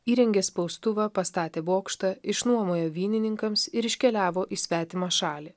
įrengė spaustuvą pastatė bokštą išnuomojo vynininkams ir iškeliavo į svetimą šalį